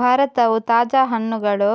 ಭಾರತವು ತಾಜಾ ಹಣ್ಣುಗಳು,